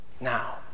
Now